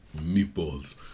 meatballs